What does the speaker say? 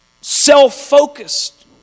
self-focused